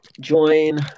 Join